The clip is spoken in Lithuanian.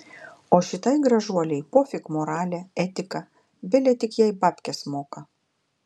o šitai gražuolei pofik moralė etika bele tik jai babkes moka